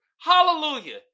Hallelujah